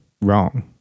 wrong